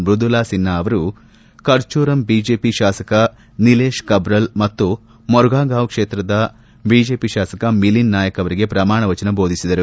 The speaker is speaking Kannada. ಮೃದುಲಾ ಸಿನ್ಹಾ ಅವರು ಕರ್ಚೋರಮ್ ಬಿಜೆಪಿ ಶಾಸಕ ನೀಲೇಶ್ ಕಬ್ರಲ್ ಮತ್ತು ಮೊರ್ಮುಗಾಂವ್ ಕ್ಷೇತ್ರದ ಬಿಜೆಪಿ ಶಾಸಕ ಮಿಲಿಂದ್ ನಾಯಕ್ ಅವರಿಗೆ ಪ್ರಮಾಣ ವಚನ ಬೋಧಿಸಿದರು